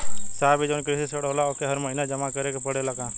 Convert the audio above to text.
साहब ई जवन कृषि ऋण होला ओके हर महिना जमा करे के पणेला का?